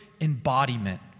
embodiment